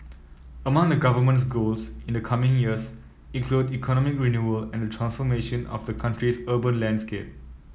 among the Government's goals in the coming years include economic renewal and transformation of the country's urban landscape